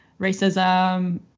racism